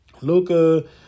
Luca